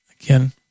Again